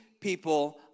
people